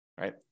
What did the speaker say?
right